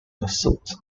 pursuit